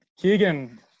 Keegan